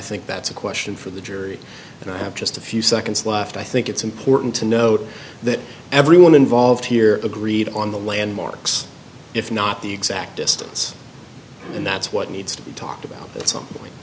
think that's a question for the jury and i have just a few seconds left i think it's important to note that everyone involved here agreed on the landmarks if not the exact distance and that's what needs to be talked about at some point